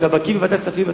אתה בקי בוועדת הכספים,